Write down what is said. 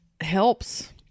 helps